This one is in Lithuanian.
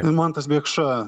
mantas biekša